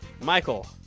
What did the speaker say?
Michael